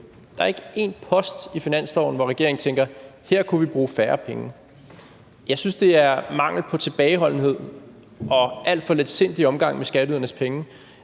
Der er ikke en post på finansloven, hvor regeringen tænker, at den kunne bruge færre penge. Jeg synes, det er mangel på tilbageholdenhed og alt for letsindig omgang med skatteydernes penge,